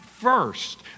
first